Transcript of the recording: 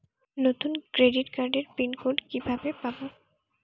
নতুন ক্রেডিট কার্ডের pin code কিভাবে পাব?